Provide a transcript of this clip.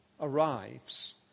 arrives